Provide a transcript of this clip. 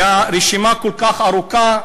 הרשימה כל כך ארוכה.